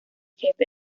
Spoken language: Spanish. jefe